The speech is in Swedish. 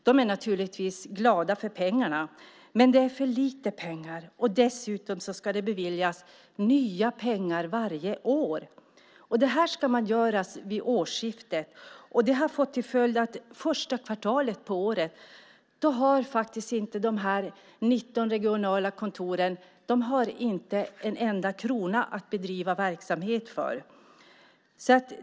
De är naturligtvis glada för pengarna, men det är för lite pengar. Dessutom ska det beviljas nya pengar varje år. Det här ska göras vid årsskiftena. Det har fått till följd att första kvartalet varje år har de 19 regionala kontoren inte en enda krona att bedriva verksamhet för.